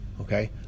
Okay